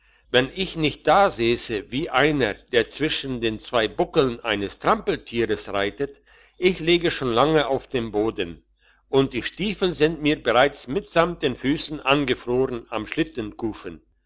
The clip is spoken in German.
wenn ich nicht dasässe wie einer der zwischen den zwei buckeln eines trampeltieres reitet ich läge schon lange auf dem boden und die stiefel sind mir bereits mitsamt den füssen angefroren am